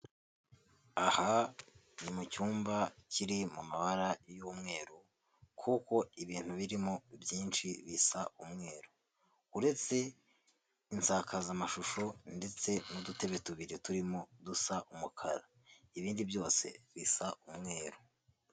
Aha ni mu cyumba kiri mu mabara y'umweru kuko ibintu birimo byinshi bisa umweru, uretse insakazamashusho ndetse n'uduteme tubiri turimo dusa umukara ibindi byose bisa umweru.